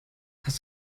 hast